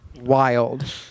Wild